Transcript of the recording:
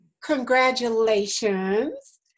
Congratulations